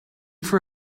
for